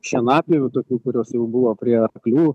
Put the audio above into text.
šienapjovių tokių kurios jau buvo prie arklių